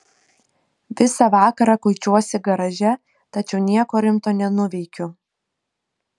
visą vakarą kuičiuosi garaže tačiau nieko rimto nenuveikiu